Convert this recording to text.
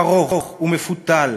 ארוך ומפותל